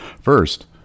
First